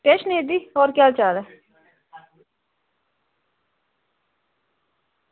किश निं दीदी होर केह् हाल चाल ऐ